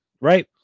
right